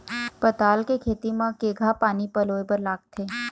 पताल के खेती म केघा पानी पलोए बर लागथे?